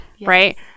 right